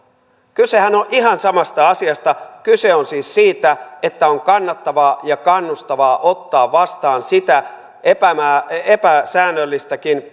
kysehän on ihan samasta asiasta kyse on siis siitä että on kannattavaa ja kannustavaa ottaa vastaan sitä epäsäännöllistäkin